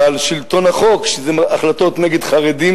ועל שלטון החוק כשזה החלטות נגד חרדים,